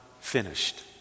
finished